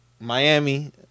Miami